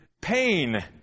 pain